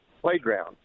playground